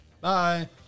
Bye